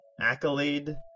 accolade